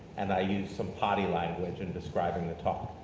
and i used some potty language in describing the talk.